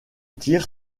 tir